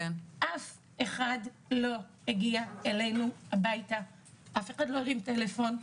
אף אחד לא הגיע לביתנו, אף אחד לא הרים טלפון.